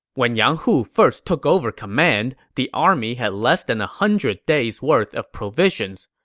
when yang hu first took over command, the army had less than a hundred days' worth of provisions.